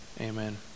amen